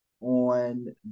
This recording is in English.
on